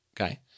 Okay